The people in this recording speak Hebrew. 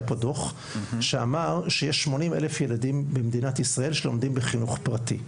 פה דוח שיש 80 אלף ילדים בישראל שלומדים בחינוך הפרטי.